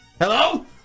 Hello